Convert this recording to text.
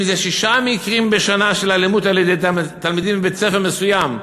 אם זה שישה מקרים בשנה של אלימות על-ידי תלמידים בבית-ספר מסוים,